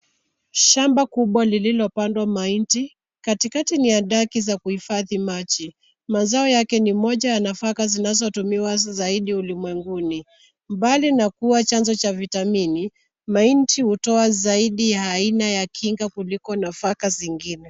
Shamba kubwa lililopandwa mahindi. Katikati ni hadaki za kuhifadhi maji. Mazao yake ni moja ya nafaka zinazotumiwa zaidi ulimwenguni. Mbali ya kuwa chanzo cha vitamini mahindi hutoa zaidi ya aina ya kinga kuliko nafaka zingine.